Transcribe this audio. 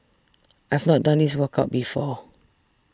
I've not done this workout before